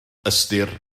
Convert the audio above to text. ystyr